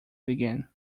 begin